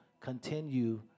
continue